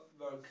work